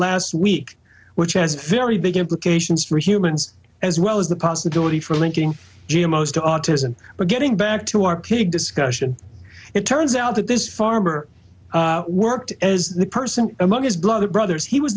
last week which has very big implications for humans as well as the possibility for linking most to autism but getting back to our pig discussion it turns out that this farmer worked as a person among his blood brothers he was